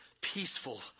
peaceful